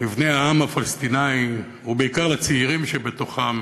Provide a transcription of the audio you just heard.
לבני העם, הפלסטינים, ובעיקר לצעירים שבתוכם: